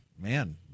man